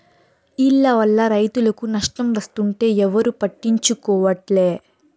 ఈల్ల వల్ల రైతులకు నష్టం వస్తుంటే ఎవరూ పట్టించుకోవట్లే